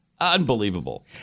Unbelievable